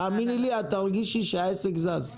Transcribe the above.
תאמיני לי, את תרגישי שהעסק זז.